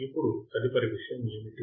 ఇప్పుడు తదుపరి విషయం ఏమిటి